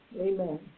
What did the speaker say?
Amen